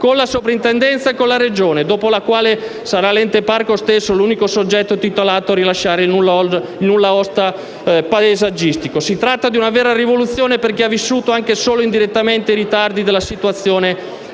con la soprintendenza e con la Regione, dopo la quale sarà l'ente parco stesso l'unico soggetto titolato a rilasciare il nulla osta paesaggistico. Si tratta di una vera rivoluzione per chi ha vissuto, anche solo indirettamente, i ritardi della situazione attuale.